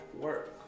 work